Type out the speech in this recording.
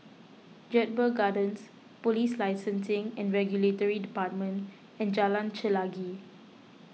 Jedburgh Gardens Police Licensing and Regulatory Department and Jalan Chelagi